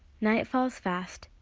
night falls fast.